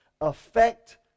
Affect